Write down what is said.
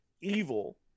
Evil